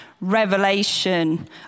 revelation